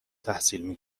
تحصیل